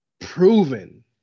proven